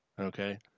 Okay